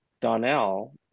Donnell